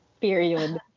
Period